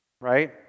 right